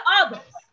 others